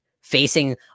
facing